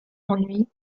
ennui